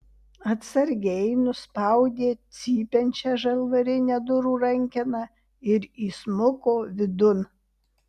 atsargiai nuspaudė cypiančią žalvarinę durų rankeną ir įsmuko vidun